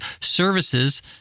services